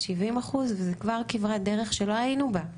70% וזו כבר כברת דרך שלא היינו בה.